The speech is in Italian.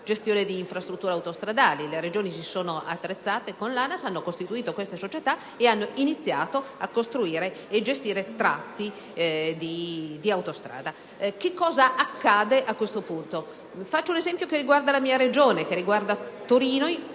gestione di infrastrutture autostradali. Le Regioni si sono attrezzate con l'ANAS, costituendo queste società ed iniziando a costruire e a gestire tratti di autostrada. Cosa accade a questo punto? Faccio un esempio che riguarda la mia Regione: penso alla